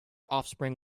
offspring